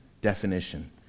definition